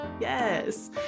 Yes